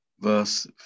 Verse